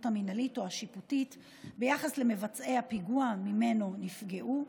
המינהלית או השיפוטית ביחס למבצעי הפיגוע שממנו נפגעו,